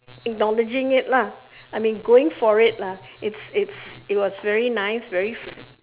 acknowledging it lah I mean going for it lah it's it's it was very nice very